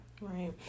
Right